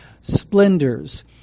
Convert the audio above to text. splendors